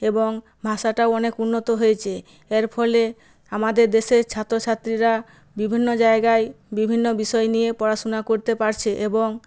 এবং ভাষাটাও অনেক উন্নত হয়েছে এর ফলে আমাদের দেশের ছাত্র ছাত্রীরা বিভিন্ন জায়গায় বিভিন্ন বিষয় নিয়ে পড়াশোনা করতে পারছে এবং